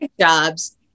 jobs